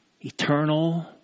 eternal